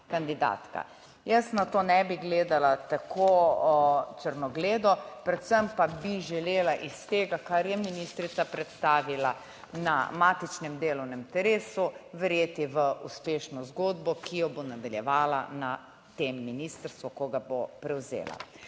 kandidatka. Jaz na to ne bi gledala tako črnogledo, predvsem pa bi želela iz tega, kar je ministrica predstavila na matičnem delovnem telesu, verjeti v uspešno zgodbo, ki jo bo nadaljevala na tem ministrstvu, ko ga bo prevzela.